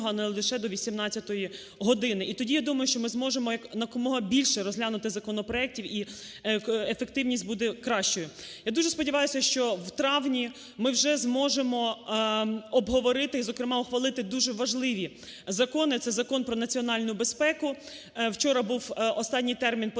а не лише до 18 години. І тоді, я думаю, що ми зможемо якомога більше розглянути законопроектів і ефективність буде кращою. Я дуже сподіваюся, що в травні ми вже зможемо обговорити і, зокрема, ухвалити дуже важливі закони – це Закон про національну безпеку. Вчора був останній термін